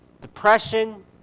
depression